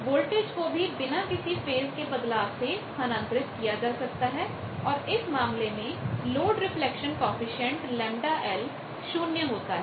voltage को भी बिना किसी फेज़ के बदलाव से स्थानांतरित किया जा सकता है और इस मामले में लोड रिफ्लेक्शन कॉएफिशिएंट ΓL शून्य होता है